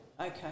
okay